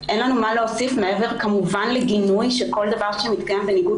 מה להוסיף מעבר כמובן לגינוי שכל דבר שמתקיים בניגוד